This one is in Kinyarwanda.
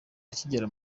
akigera